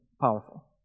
powerful